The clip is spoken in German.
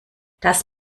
das